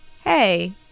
hey